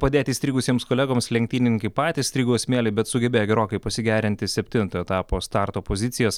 padėti įstrigusiems kolegoms lenktynininkai patys strigo smėly bet sugebėjo gerokai pasigerinti septintojo etapo starto pozicijas